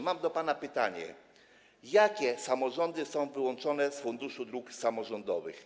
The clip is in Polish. Mam do pana pytanie: Jakie samorządy są wyłączone z Funduszu Dróg Samorządowych?